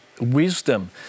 wisdom